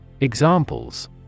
Examples